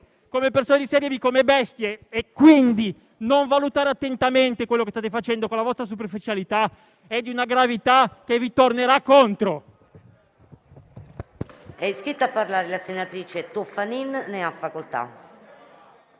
come persone di serie B, come bestie. Non valutare attentamente quanto state facendo, con la vostra superficialità, è di una gravità che vi si ritorcerà contro.